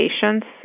patients